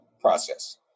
process